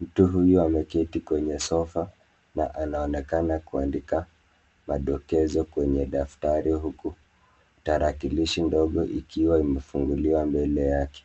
Mtu huyu ameketi kwenye sofa na anaonekana kuandika madokezo kwenye daftari huku tarakilishi ndogo ikiwa imefunguliwa mbele yake.